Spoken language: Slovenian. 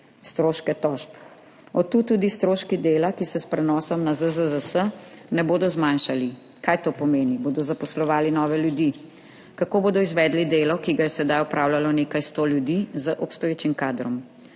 stroške tožb? Od tu tudi stroški dela, ki se s prenosom na ZZZS ne bodo zmanjšali. Kaj to pomeni? Bodo zaposlovali nove ljudi? Kako bodo izvedli delo, ki ga je sedaj opravljalo nekaj 100 ljudi z obstoječim kadrom?